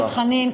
חבר הכנסת חנין,